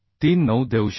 39 देऊ शकतो